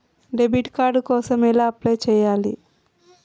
Debit card కోసం ఎలా apply చేయాలి?